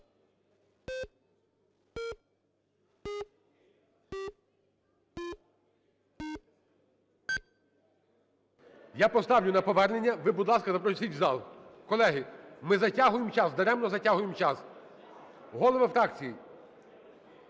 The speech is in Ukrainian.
Я поставлю на повернення. Ви, будь ласка, запросіть у зал. Колеги, ми затягуємо час, даремно затягуємо час. Голови фракцій!